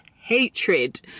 hatred